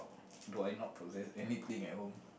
do I not possess anything at home